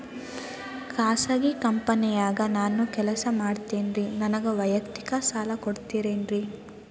ಖಾಸಗಿ ಕಂಪನ್ಯಾಗ ನಾನು ಕೆಲಸ ಮಾಡ್ತೇನ್ರಿ, ನನಗ ವೈಯಕ್ತಿಕ ಸಾಲ ಕೊಡ್ತೇರೇನ್ರಿ?